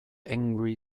angry